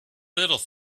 little